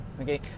Okay